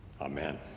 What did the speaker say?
Amen